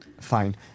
Fine